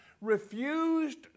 refused